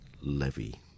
levy